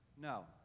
No